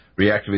reactivate